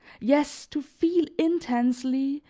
yes, to feel intensely,